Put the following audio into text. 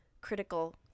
critical